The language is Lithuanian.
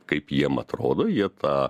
kaip jiem atrodo jie tą